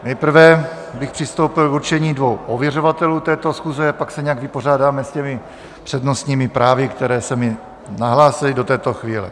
Nejprve bych přistoupil k určení dvou ověřovatelů této schůze, pak se nějak vypořádáme s přednostními právy, která jste mi nahlásili do této chvíle.